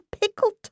pickled